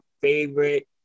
favorite